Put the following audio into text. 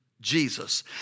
Jesus